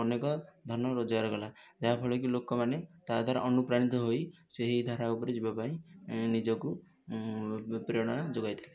ଅନେକ ଧନ ରୋଜଗାର କଲା ଯାହା ଫଳରେ କି ଲୋକମାନେ ତା ଦ୍ୱାରା ଅନୁପ୍ରାଣିତ ହୋଇ ସେହି ଧାରା ଉପରେ ଯିବା ପାଇଁ ନିଜକୁ ପ୍ରେରଣା ଯୋଗାଇଥିଲେ